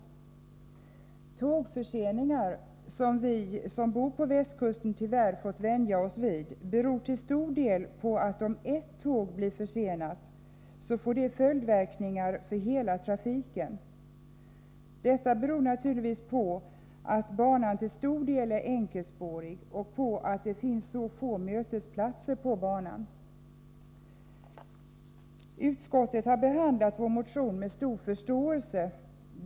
Tågförseningar, som vi som bor på västkusten tyvärr fått vänja oss vid, beror till stor del på att om ett tåg blir försenat får det följdverkningar för hela trafiken. Detta beror naturligtvis på att banan till stor del är enkelspårig och på att det finns så få mötesplatser på banan. Utskottet har behandlat vår motion med stor förståelse.